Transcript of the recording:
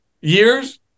years